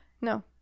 No